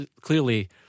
clearly